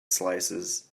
slices